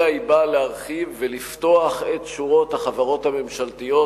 אלא היא באה להרחיב ולפתוח את שורות החברות הממשלתיות